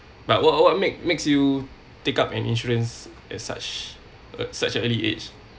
but what what make makes you take up an insurance is such a such a early age